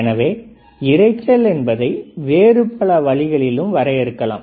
எனவே இரைச்சல் என்பதை வேறு பல வழிகளிலும் வரையறுக்கலாம்